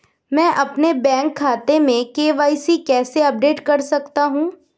मैं अपने बैंक खाते में के.वाई.सी कैसे अपडेट कर सकता हूँ?